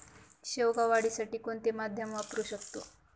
शेवगा वाढीसाठी कोणते माध्यम वापरु शकतो?